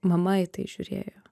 mama į tai žiūrėjo